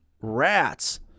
rats